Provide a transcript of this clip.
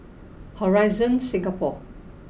Horizon Singapore